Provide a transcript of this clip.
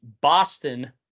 Boston